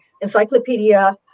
Encyclopedia